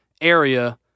area